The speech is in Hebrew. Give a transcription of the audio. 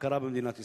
הכרה במדינת ישראל,